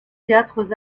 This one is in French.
théâtres